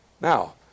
Now